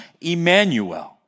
Emmanuel